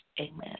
Amen